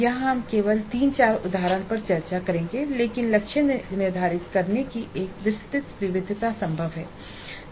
यहां हम केवल तीन चार उदाहरणों पर चर्चा करेंगे लेकिन लक्ष्य निर्धारित करने की एक विस्तृत विविधता संभव है